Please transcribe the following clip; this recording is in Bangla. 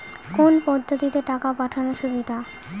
কোন পদ্ধতিতে টাকা পাঠানো সুবিধা?